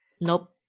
Nope